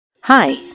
Hi